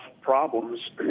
problems